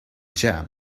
jam